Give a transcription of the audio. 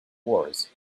wars